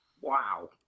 Wow